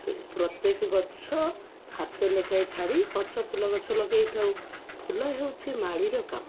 ପ୍ରତ୍ୟେକ ଗଛ ହାତ ଲେଖାଏଁ ଛାଡ଼ି ଗଛ ଫୁଲ ଗଛ ଲଗେଇଥାଉ ଫୁଲ ହେଉଛି ମାଳିର କାମ